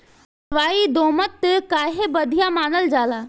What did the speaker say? बलुई दोमट काहे बढ़िया मानल जाला?